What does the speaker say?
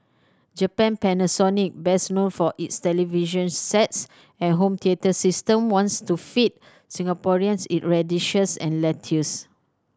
Japan Panasonic best known for its television sets and home theatre system wants to feed Singaporeans its radishes and lettuce